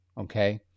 Okay